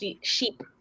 Sheep